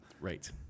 Right